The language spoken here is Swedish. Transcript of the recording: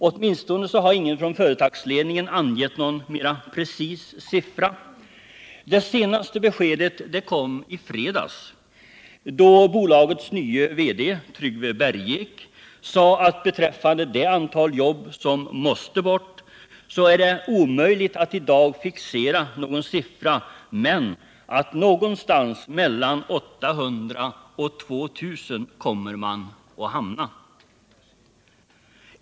Åtminstone har ingen från företagsledningen angett någon mera precis siffra. Det senaste beskedet kom i fredags, då bolagets nye verkställande direktör Tryggve Bergek sade att det är omöjligt att i dag fixera någon siffra beträffande det antal jobb som måste bort, men att siffran kommer att hamna någonstans mellan 800 och 2 000.